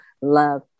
love